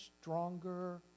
stronger